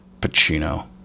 Pacino